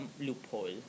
loophole